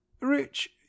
Rich